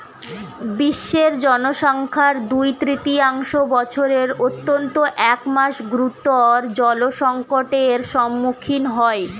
বিশ্বের জনসংখ্যার দুই তৃতীয়াংশ বছরের অন্তত এক মাস গুরুতর জলসংকটের সম্মুখীন হয়